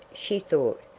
she thought,